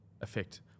effect